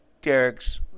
Derek's